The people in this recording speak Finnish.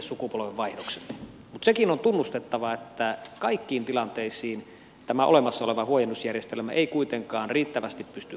mutta sekin on tunnustettava että kaikkiin tilanteisiin tämä olemassa oleva huojennusjärjestelmä ei kuitenkaan riittävästi pysty vastaamaan